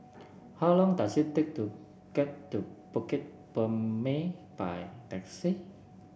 how long does it take to get to Bukit Purmei by taxi